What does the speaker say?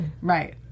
Right